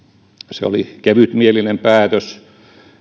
se oli kevytmielinen päätös